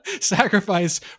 sacrifice